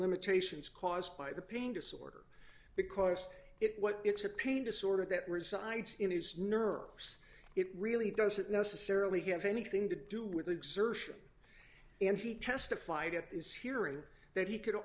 limitations caused by the pain disorder because it what it's a pain to sort of that resides in his nerves it really doesn't necessarily have anything to do with exertion and he testified at this hearing that he could